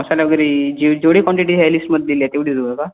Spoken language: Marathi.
मसाले वगैरे जे जेवढी क्वांटिटी ह्या लिस्टमध्ये दिली आहे तेवढी देऊ का